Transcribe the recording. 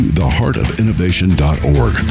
theheartofinnovation.org